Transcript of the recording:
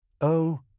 Oh